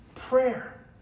prayer